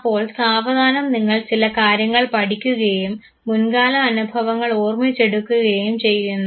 അപ്പോൾ സാവധാനം നിങ്ങൾ ചില കാര്യങ്ങൾ പഠിക്കുകയും മുൻകാല അനുഭവങ്ങൾ ഓർമിച്ച് എടുക്കുകയും ചെയ്യുന്നു